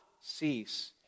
cease